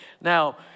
Now